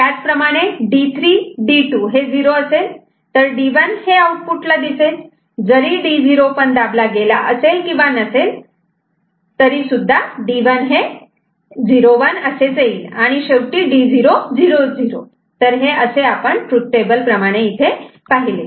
त्याचप्रमाणे D3 D2 0 असेल तर D1 हे आऊटपुटला दिसेल जरी D0 पण दाबला गेला असेल किंवा नसेल आणि शेवटी D0 00 तर हे असे आपण ट्रूथ टेबल प्रमाणे पाहिले